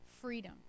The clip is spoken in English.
freedom